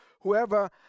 whoever